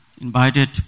invited